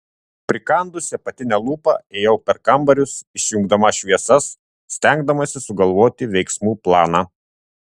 prikandusi apatinę lūpą ėjau per kambarius išjungdama šviesas stengdamasi sugalvoti veiksmų planą